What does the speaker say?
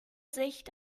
sicht